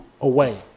away